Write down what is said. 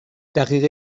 دقیقه